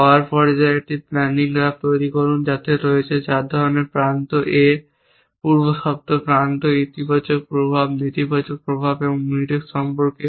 পাওয়ার পর্যায়ে একটি planning graph তৈরি করুন যাতে রয়েছে 4 ধরণের প্রান্ত A পূর্ব শর্ত প্রান্ত ইতিবাচক প্রভাব নেতিবাচক প্রভাব এবং Mutex সম্পর্ক